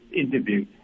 interview